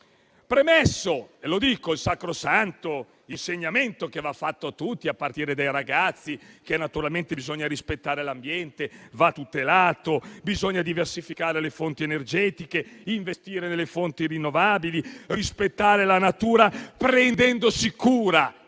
premesso - ed è sacrosanto, lo dico - l'insegnamento che va fatto a tutti, a partire dai ragazzi, ossia che bisogna rispettare l'ambiente, che esso va tutelato, che bisogna diversificare le fonti energetiche, investire nelle fonti rinnovabili, rispettare la natura prendendosi cura